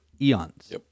eons